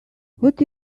what